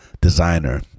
designer